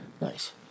Nice